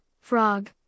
Frog